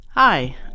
Hi